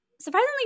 surprisingly